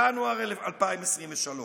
ינואר 2023,